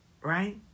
right